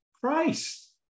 Christ